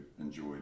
enjoy